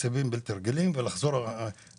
תקציבים בלתי רגילים ולחזור הביתה,